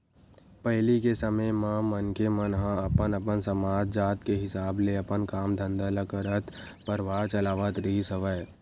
पहिली के समे म मनखे मन ह अपन अपन समाज, जात के हिसाब ले अपन काम धंधा ल करत परवार चलावत रिहिस हवय